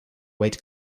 weight